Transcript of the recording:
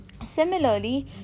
Similarly